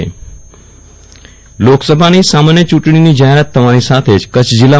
વિરલ રાણા જાહેરના મ લોકસભાની સામાન્ય ચૂંટણીની જાહેરાત થવાની સાથે જ કરછ જિલ્લા